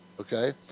Okay